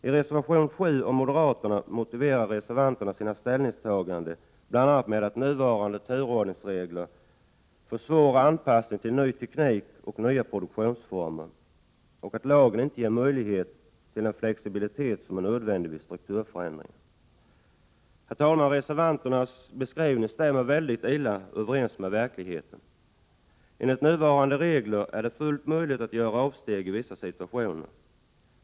I reservation nr 7 av moderaterna motiverar reservanterna sina ställningstaganden bl.a. med att nuvarande turordningsregler försvårar anpassningen till ny teknik och nya produktionsformer och att lagen inte ger möjligheter till den flexibilitet som är nödvändig vid strukturförändringar. Reservanternas beskrivning stämmer väldigt illa överens med verkligheten. Enligt nuvarande regler är det fullt möjligt att göra avsteg i vissa situationer.